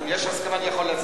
אם יש הסכמה, אני יכול להצביע.